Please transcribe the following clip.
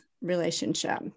relationship